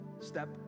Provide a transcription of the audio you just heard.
step